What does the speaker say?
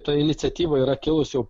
ta iniciatyva yra kilus jau